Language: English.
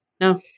No